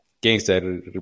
Gangster